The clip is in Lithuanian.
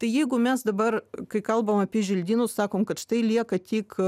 tai jeigu mes dabar kai kalbam apie želdynus sakom kad štai lieka tik